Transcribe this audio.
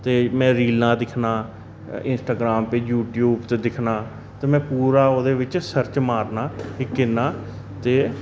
ते में रीलां दिक्खना इंस्टाग्राम पे यूटयूब च दिक्खना ते में पूरा ओह्दे बेच्च सर्च मारना कि किन्ना ते